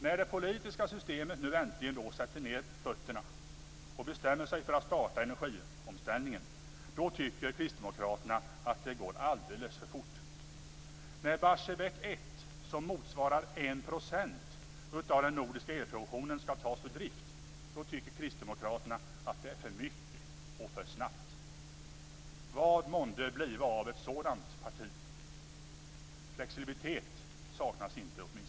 När det politiska systemet nu äntligen sätter ned fötterna och bestämmer sig för att starta energiomställningen tycker kristdemokraterna att det går alldeles för fort. När Barsebäck 1, som motsvarar 1 % av den nordiska elproduktionen, skall tas ur drift, tycker kristdemokraterna att det är för mycket och att det sker för snabbt. Vad månde det bliva av ett sådant parti? Flexibilitet saknas inte åtsminstone.